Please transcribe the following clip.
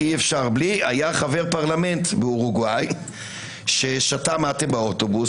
כי אי אפשר בלי היה חבר פרלמנט באורוגוואי ששתה מאטה באוטובוס,